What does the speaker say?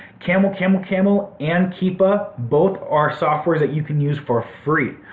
camel camel camel and keepa both are softwares that you can use for free.